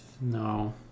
No